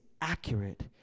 accurate